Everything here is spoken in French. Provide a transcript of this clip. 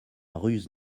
ruse